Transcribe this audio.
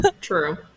True